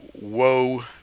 woe